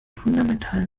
fundamentalen